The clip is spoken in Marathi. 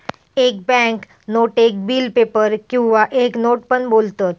एक बॅन्क नोटेक बिल पेपर किंवा एक नोट पण बोलतत